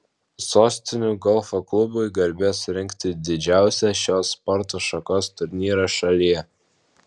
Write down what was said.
sostinių golfo klubui garbė surengti didžiausią šios sporto šakos turnyrą šalyje